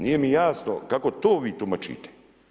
Nije mi jasno kako to vi tumačite.